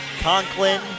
Conklin